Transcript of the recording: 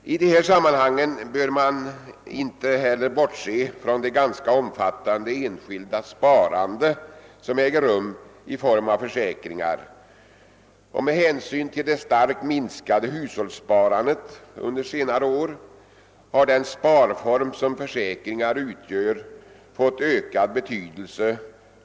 Chefen för finansdepartementet har i prop. 1969:162 uttalat att frågan om beskattningen av P-försäkring, som meddelas i här i landet bedriven försäkringsrörelse, bör bli föremål för ytterligare överväganden. Någon utreds ning härom har ännu inte tillsatts.